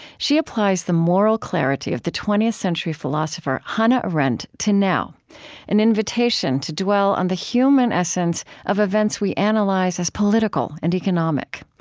she applies the moral clarity of the twentieth century philosopher hannah arendt to now an invitation to dwell on the human essence of events we analyze as political and economic.